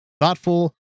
thoughtful